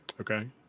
Okay